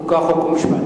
חוק ומשפט.